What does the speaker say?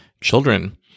children